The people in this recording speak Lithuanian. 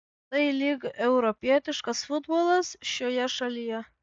tai lyg europietiškas futbolas šioje šalyje